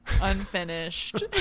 Unfinished